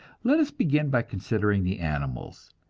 let us begin by considering the animals.